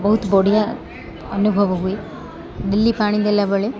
ବହୁତ ବଢ଼ିଆ ଅନୁଭବ ହୁଏ ଡେଲି ପାଣି ଦେଲାବେଳେ